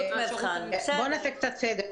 בואו נעשה סדר.